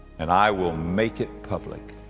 and i will make it public.